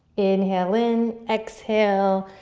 inhale in. exhale,